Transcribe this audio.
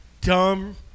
dumb